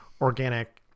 organic